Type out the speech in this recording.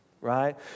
right